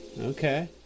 Okay